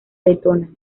letona